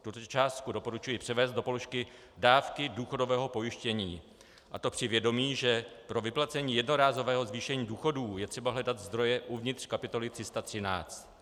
Tuto částku doporučuji převést do položky dávky důchodového pojištění, a to při vědomí, že pro vyplacení jednorázového zvýšení důchodů je třeba hledat zdroje uvnitř kapitoly 313.